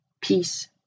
peace